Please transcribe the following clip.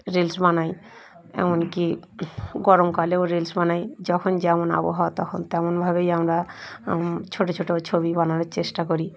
reels বানাই এমনকি গরমকালেও রিলস বানাই যখন যেমন আবহাওয়া তখন তেমনভাবেই আমরা ছোটো ছোটো ছবি বানানোর চেষ্টা করি